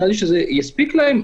נראה לנו שזה יספיק להם.